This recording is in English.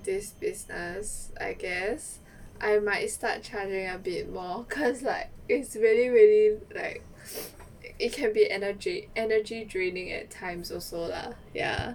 this business I guess I might start charging a bit more cause like it's really really like it can be energy energy draining at times also lah ya